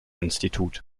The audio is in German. institut